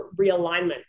realignment